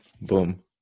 Boom